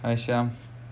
hi shyam